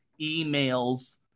emails